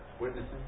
Witnesses